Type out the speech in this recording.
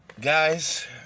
Guys